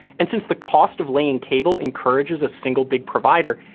and since the cost of laying cable encourages a single big provider,